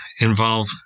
involve